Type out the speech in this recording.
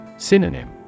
Synonym